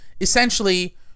Essentially